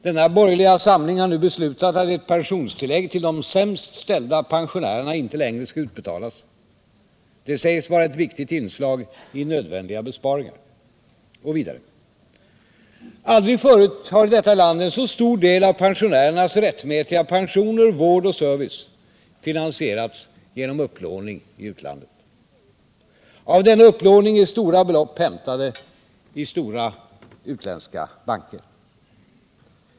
Denna borgerliga samling har nu beslutat att ett pensionstillägg till de sämst ställda pensionärerna inte längre skall utbetalas. Det sägs vara ett viktigt inslag i nödvändiga besparingar. Och vidare: aldrig förut har i detta land en så stor del av pensionärernas rättmätiga pensioner, vård och service finansierats genom upplåning. Av denna upplåning är stora belopp hämtade i utländska banker.